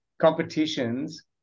competitions